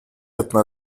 это